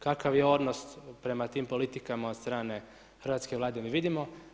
Kakav je odnos prema tim politikama od strane hrvatske Vlade mi vidimo.